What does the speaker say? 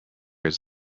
his